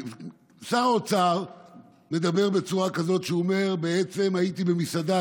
שר האוצר מדבר בצורה כזאת שהוא אומר: הייתי במסעדה,